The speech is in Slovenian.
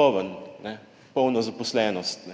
poln, polno zaposlenost.